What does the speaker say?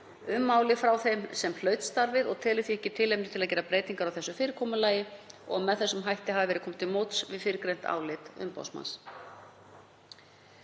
um málið frá þeim sem hlaut starfið. Meiri hlutinn telur því ekki tilefni til að gera breytingar á þessu fyrirkomulagi og að með þessum hætti hafi verið komið til móts við fyrrgreint álit umboðsmanns.